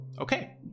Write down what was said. Okay